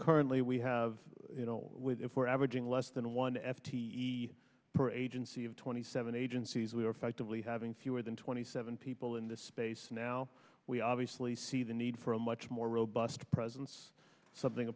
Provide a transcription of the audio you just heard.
currently we have no if we're averaging less than one f t e per agency of twenty seven agencies we are effectively having fewer than twenty seven people in the space now we obviously see the need for a much more robust presence something